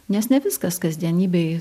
nes ne viskas kasdienybėj